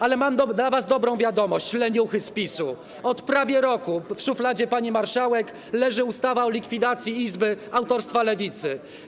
Ale mam dla was dobrą wiadomość, leniuchy z PiS-u - od prawie roku w szufladzie pani marszałek leży ustawa o likwidacji izby autorstwa Lewicy.